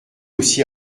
aussi